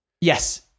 Yes